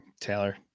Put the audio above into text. Taylor